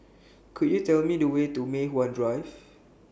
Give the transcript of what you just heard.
Could YOU Tell Me The Way to Mei Hwan Drive